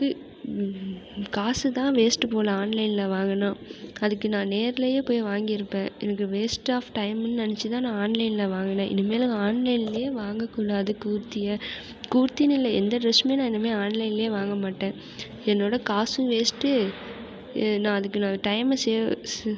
ஹு காசு தான் வேஸ்ட்டு போல ஆன்லைனில் வாங்கினா அதுக்கு நான் நேரிலியே போயி வாங்கியிருப்பேன் எனக்கு வேஸ்ட் ஆஃப் டைமுன்னு நெனச்சு தான் நான் ஆன்லைனில் வாங்குனேன் இனிமேல் நான் ஆன்லைனிலியே வாங்கக்கூடாது கூர்த்தியை கூர்த்தின்னு இல்லை எந்த ட்ரெஸ்மே நான் இனிமே ஆன்லைனில் வாங்க மாட்டேன் என்னோட காசும் வேஸ்ட்டு நான் அதுக்கு நான் டைமை சேவ் ஸு